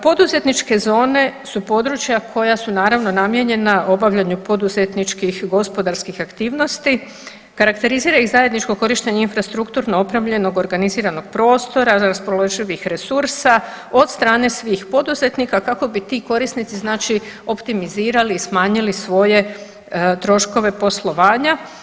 Poduzetničke zone su područja koja su naravno namijenjena obavljanju poduzetničkih i gospodarskih aktivnosti, karakterizira ih zajedničko korištenje infrastrukturno opremljenog organiziranog prostora raspoloživih resursa od strane svih poduzetnika kako bi ti korisnici znači optimizirali i smanjili svoje troškove poslovanja.